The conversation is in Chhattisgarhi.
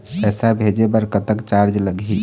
पैसा भेजे बर कतक चार्ज लगही?